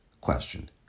question